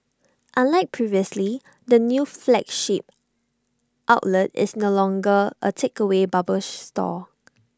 unlike previously the new flagship outlet is no longer A takeaway bubble store